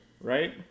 right